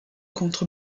contre